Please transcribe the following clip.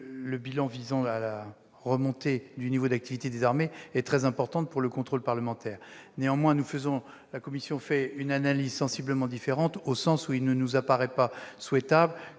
le bilan visant la remontée du niveau d'activité des armées est très important pour le contrôle parlementaire. Néanmoins, la commission a une analyse sensiblement différente, dans la mesure où il ne lui paraît pas souhaitable